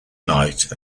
night